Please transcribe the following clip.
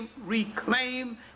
reclaim